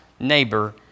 neighbor